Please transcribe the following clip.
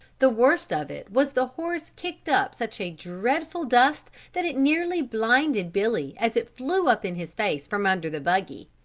the worst of it was the horse kicked up such a dreadful dust that it nearly blinded billy as it flew up in his face from under the buggy.